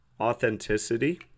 Authenticity